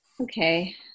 Okay